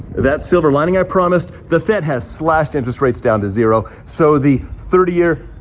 that's silver lining i promised. the fed has slashed interest rates down to zero, so the thirty year,